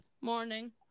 morning